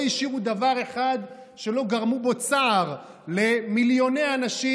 לא השאירו דבר אחד שלא גרמו בו צער למיליוני אנשים